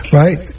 right